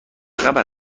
خبر